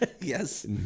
Yes